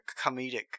comedic